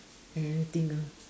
anything lah